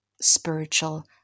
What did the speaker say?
spiritual